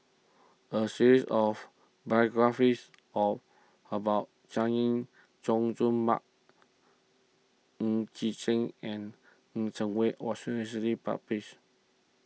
a series of biographies of about Chay Jung Jun Mark Ng Yi Sheng and Chen Cheng Mei was recently published